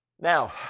Now